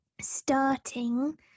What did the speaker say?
starting